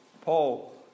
Paul